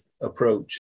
approach